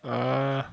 uh